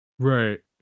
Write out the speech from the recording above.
Right